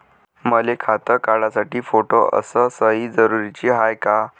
मले खातं काढासाठी फोटो अस सयी जरुरीची हाय का?